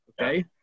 okay